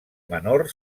menor